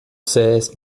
cesse